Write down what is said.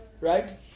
right